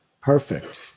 perfect